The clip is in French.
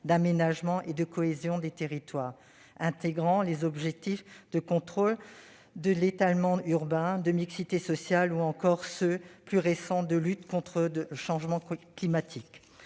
d'aménagement et de cohésion des territoires, intégrant des objectifs de contrôle de l'étalement urbain, de mixité sociale, ou encore, plus récemment, de lutte contre le changement climatique.